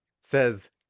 says